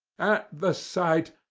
at the sight,